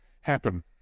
happen